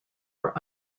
were